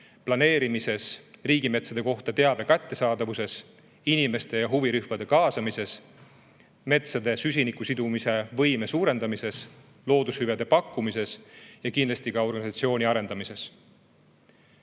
planeerimises, riigimetsade kohta teabe kättesaadavuses, inimeste ja huvirühmade kaasamises, metsade süsinikusidumise võime suurendamises, loodushüvede pakkumises ja kindlasti ka organisatsiooni arendamises.